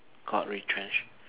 got retrenched